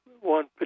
one